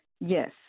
Yes